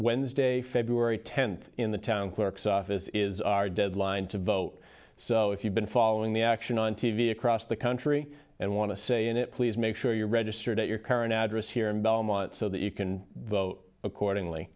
wednesday february tenth in the town clerk's office is our deadline to vote so if you've been following the action on t v across the country and want to say it please make sure you're registered at your current address here in belmont so that you can vote accordingly